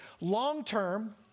long-term